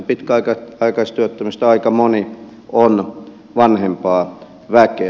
näistä pitkäaikaistyöttömistä aika moni on vanhempaa väkeä